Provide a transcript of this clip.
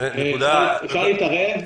אפשר להתערב?